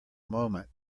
moment